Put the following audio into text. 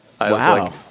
Wow